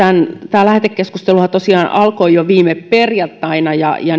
tämä lähetekeskusteluhan tosiaan alkoi jo viime perjantaina ja